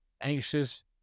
anxious